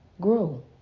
grow